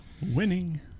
Winning